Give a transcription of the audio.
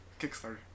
Kickstarter